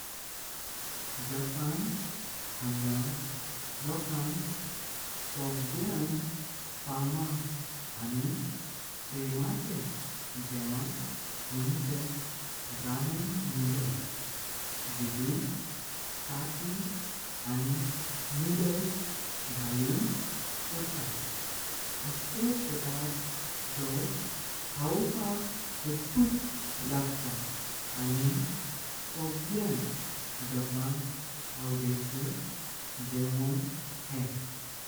Japan hanglya lokank soglyan famat Ani premache Jevan munjhe ramen noodles jitun teh Tati Ani noodles ghalun korta aslo padarth Jo khavpak adhbuth lagta Ani soglyan japanan avdecho Jevan hei. Japan हांगल्या लोकांक सगळ्यां फामात आणि प्रेमाचे जेवण मुञ्छे ramen noodles जितून तेह टाटी आणि नूडल्स घालून कोरता असलो पदार्थ जो खावपाक अद्भुत लागत आणि सगळ्यां जपानन आवडेको जेवण हे.